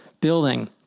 building